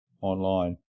online